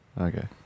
Okay